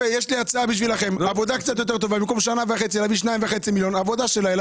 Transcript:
במקום להביא 2.5 מיליון בשנה וחצי,